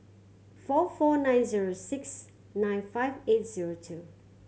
four four nine zero six nine five eight zero two